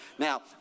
Now